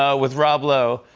ah with rob lowe,